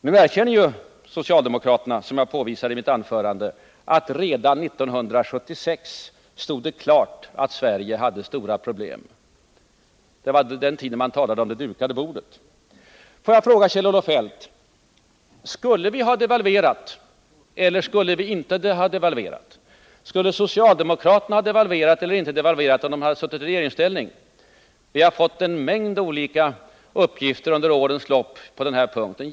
Nu erkänner ju socialdemokraterna — som jag påvisade i mitt anförande — att redan 1976 stod det klart att Sverige hade stora problem. Det var på den tiden de talade om det dukade bordet. Får jag fråga Kjell-Olof Feldt: Skulle vi ha devalverat eller skulle vi inte ha devalverat? Skulle socialdemokraterna ha devalverat eller inte om de hade suttit i regeringsställning? Vi har fått en mängd olika uppgifter på denna punkt under årens lopp.